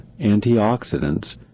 antioxidants